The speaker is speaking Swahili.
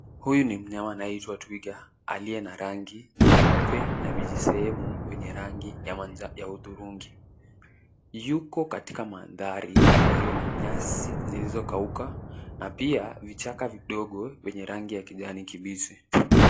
Huyu ni mnyama anayeitwa twiga aliye na rangi nyeupe na visehumu zenye rangi ya hudhurungi. Yuko katika mandhari yaliyo na nyasi zilizokauka na pia vichaka vidogo zenye rangi ya kijani kibichi.